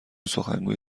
سخنگوی